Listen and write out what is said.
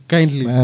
Kindly